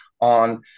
on